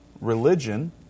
religion